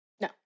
No